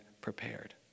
prepared